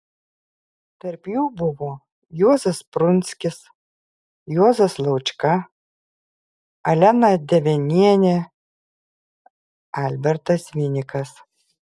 tarp jų buvo juozas prunskis juozas laučka alena devenienė albertas vinikas